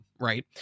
right